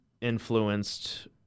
influenced